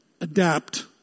adapt